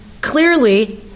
clearly